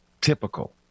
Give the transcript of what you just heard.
Typical